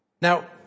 Now